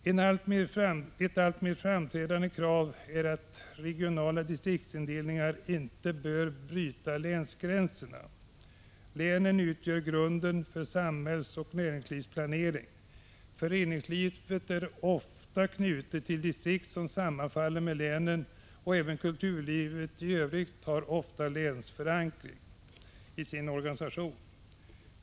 Ett alltmer framträdande krav är att regionala distriktsindelningar inte bör bryta länsgränserna. Länen utgör grunden för samhällsoch näringslivsplanering. Föreningslivet är ofta knutet till distrikt som sammanfaller med länen, och även kulturlivet i övrigt har ofta länsförankring i sin organisation.